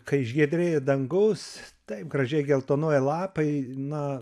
kai išgiedrėja dangus taip gražiai geltonuoja lapai na